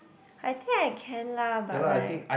I think I can lah but like